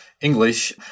English